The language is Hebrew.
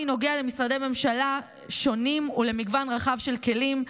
נוגע למשרדי ממשלה שונים ולמגוון רחב של כלים.